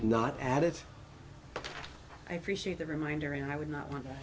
not added i appreciate the reminder and i would not want